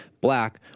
black